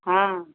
हाँ